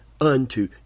unto